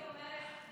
אבל אני אומרת,